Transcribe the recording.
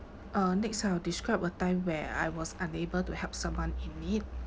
uh next I will describe a time where I was unable to help someone in need